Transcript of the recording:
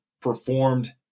performed